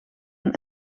een